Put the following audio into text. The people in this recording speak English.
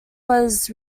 was